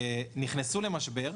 שנכנסו למשבר,